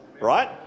right